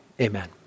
Amen